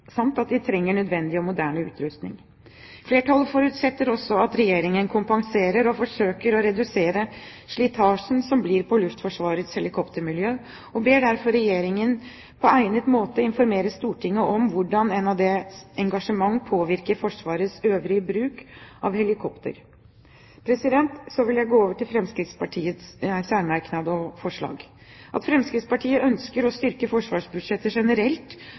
Regjeringen kompenserer og forsøker å redusere slitasjen som blir på Luftforsvarets helikoptermiljø, og ber derfor Regjeringen på egnet måte informere Stortinget om hvordan NADs engasjement påvirker Forsvarets øvrige bruk av helikopter. Så vil jeg gå over til Fremskrittspartiets særmerknad og forslag. At Fremskrittspartiet ønsker å styrke forsvarsbudsjettet generelt